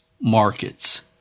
markets